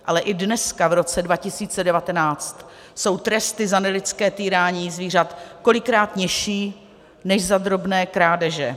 Ale i dneska, v roce 2019, jsou tresty za nelidské týrání zvířat kolikrát nižší než za drobné krádeže.